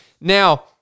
Now